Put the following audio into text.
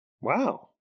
Wow